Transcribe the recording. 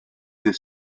des